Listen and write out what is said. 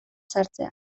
sartzea